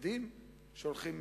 חרדים שהולכים